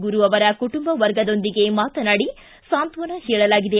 ಗುರು ಅವರ ಕುಟುಂಬ ವರ್ಗದೊಂದಿಗೆ ಮಾತನಾಡಿ ಸಾಂತ್ವನ ಹೇಳಲಾಗಿದೆ